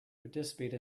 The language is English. participate